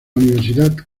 universidad